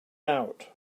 out